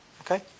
Okay